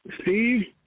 Steve